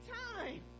time